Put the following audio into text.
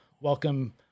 welcome